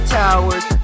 towers